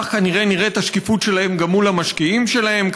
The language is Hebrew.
כך כנראה נראית השקיפות שלהם גם מול המשקיעים שלהם,